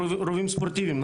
רובים ספורטיביים,